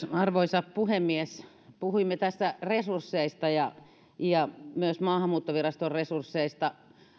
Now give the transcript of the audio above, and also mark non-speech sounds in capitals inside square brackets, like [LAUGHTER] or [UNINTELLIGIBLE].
[UNINTELLIGIBLE] arvoisa puhemies puhuimme tässä resursseista ja ja myös maahanmuuttoviraston resursseista